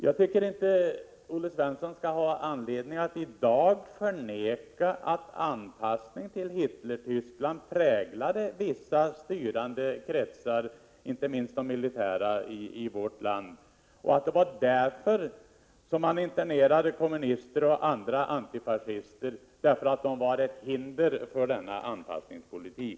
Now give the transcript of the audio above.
Jag tycker inte att Olle Svensson skulle ha anledning att i dag förneka att en anpassning till Hitlertyskland präglade vissa styrande kretsar, inte minst de militära, i vårt land och att det var därför som man internerade kommunister och andra antifascister — de var ett hinder för denna anpassningspolitik.